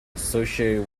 associated